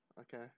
okay